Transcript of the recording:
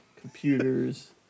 computers